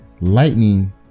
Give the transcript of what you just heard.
lightning